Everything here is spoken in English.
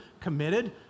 committed